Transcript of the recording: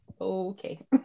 okay